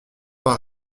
pas